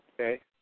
Okay